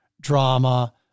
drama